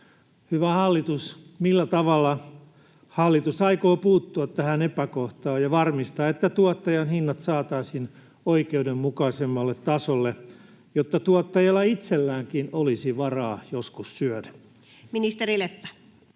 Hyvä hallitus: millä tavalla hallitus aikoo puuttua tähän epäkohtaan ja varmistaa, että tuottajan hinnat saataisiin oikeudenmukaisemmalle tasolle, jotta tuottajalla itselläänkin olisi varaa joskus syödä? [Speech